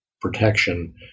protection